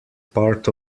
part